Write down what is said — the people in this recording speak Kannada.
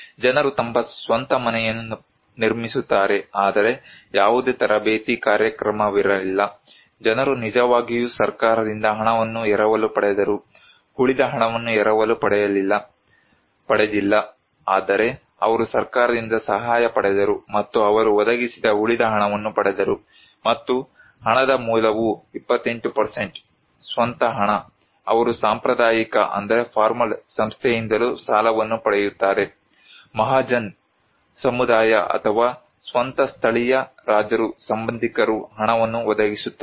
ಜನರು ತಮ್ಮ ಸ್ವಂತ ಮನೆಯನ್ನು ನಿರ್ಮಿಸುತ್ತಾರೆ ಆದರೆ ಯಾವುದೇ ತರಬೇತಿ ಕಾರ್ಯಕ್ರಮವಿರಲಿಲ್ಲ ಜನರು ನಿಜವಾಗಿಯೂ ಸರ್ಕಾರದಿಂದ ಹಣವನ್ನು ಎರವಲು ಪಡೆದರು ಉಳಿದ ಹಣವನ್ನು ಎರವಲು ಪಡೆದಿಲ್ಲ ಆದರೆ ಅವರು ಸರ್ಕಾರದಿಂದ ಸಹಾಯ ಪಡೆದರು ಮತ್ತು ಅವರು ಒದಗಿಸಿದ ಉಳಿದ ಹಣವನ್ನು ಪಡೆದರು ಮತ್ತು ಹಣದ ಮೂಲವು 28 ಸ್ವಂತ ಹಣ ಅವರು ಸಾಂಪ್ರದಾಯಿಕ ಸಂಸ್ಥೆಯಿಂದಲೂ ಸಾಲವನ್ನು ಪಡೆಯುತ್ತಾರೆ ಮಹಾಜನ್Mahajans ಸಮುದಾಯ ಅಥವಾ ಸ್ವಂತ ಸ್ಥಳೀಯ ರಾಜರು ಸಂಬಂಧಿಕರು ಹಣವನ್ನು ಒದಗಿಸುತ್ತಾರೆ